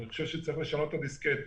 אני חושב שצריך לשנות את הדיסקט.